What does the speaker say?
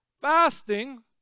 Fasting